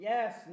Yes